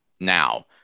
now